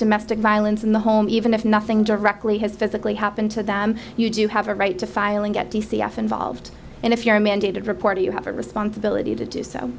domestic violence in the home even if nothing directly has physically happened to them you do have a right to file and get d c f involved and if you're a mandated reporter you have a responsibility to do so